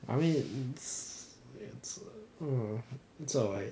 I mean it's it's a joy